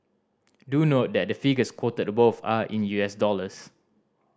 do note that the figures quoted above are in U S dollars